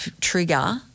trigger